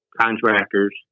contractors